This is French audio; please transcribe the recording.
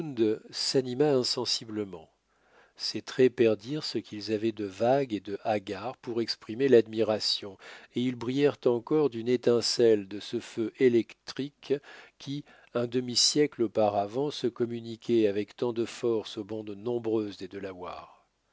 s'anima insensiblement ses traits perdirent ce qu'ils avaient de vague et de hagard pour exprimer l'admiration et ils brillèrent encore d'une étincelle de ce feu électrique qui un demi-siècle auparavant se communiquait avec tant de force aux bandes nombreuses des